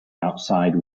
outside